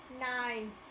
Nine